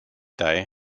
day